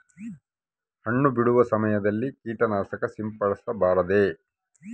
ಹಣ್ಣು ಬಿಡುವ ಸಮಯದಲ್ಲಿ ಕೇಟನಾಶಕ ಸಿಂಪಡಿಸಬಾರದೆ?